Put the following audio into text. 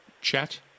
chat